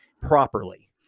properly